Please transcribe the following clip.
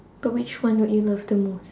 but which one would you love the most